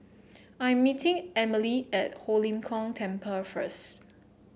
I'm meeting Emelie at Ho Lim Kong Temple first